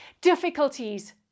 difficulties